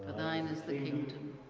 thine is the kingdom,